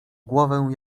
głowę